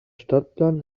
stadtplan